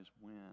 win